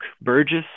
Burgess